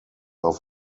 auf